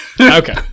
Okay